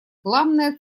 главная